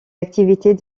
activités